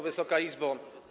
Wysoka Izbo!